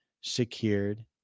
secured